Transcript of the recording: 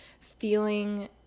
feeling